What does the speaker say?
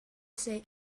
say